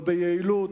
לא ביעילות,